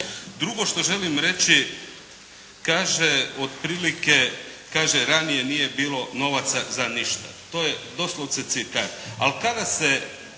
Drugo što želim reći, kaže otprilike kaže ranije nije bilo novaca za ništa. To je doslovce citat.